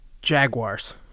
Jaguars